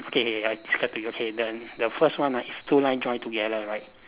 mm okay I describe to you okay the the first one ah is two line join together right